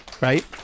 right